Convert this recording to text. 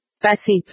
passive